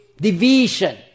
division